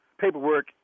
paperwork